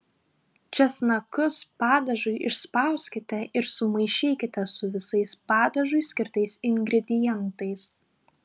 česnakus padažui išspauskite ir sumaišykite su visais padažui skirtais ingredientais